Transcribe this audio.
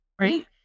Right